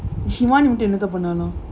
she won